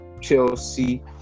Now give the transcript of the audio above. Chelsea